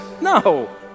No